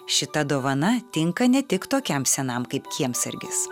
šita dovana tinka ne tik tokiam senam kaip kiemsargis